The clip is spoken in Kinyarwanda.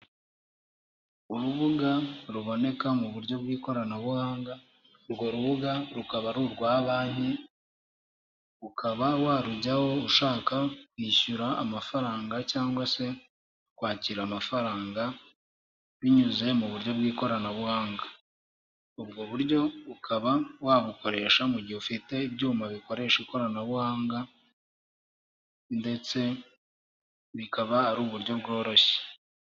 Urubuga ruboneka mu buryo bw'ikoranabuhanga; urwo rubuga rukaba ari urwa banki. Ukaba warujyaho ushaka kwishyura amafaranga cyangwa se kwakira amafaranga, binyuze mu buryo bw'ikoranabuhanga. Ubwo buryo ukaba wabukoresha mu gihe ufite ibyuma bikoresha ikoranabuhanga, ndetse bikaba ari uburyo bworoshye.